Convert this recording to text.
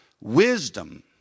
Wisdom